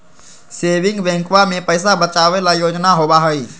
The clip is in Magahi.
सेविंग बैंकवा में पैसा बचावे ला योजना होबा हई